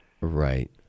right